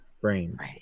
brains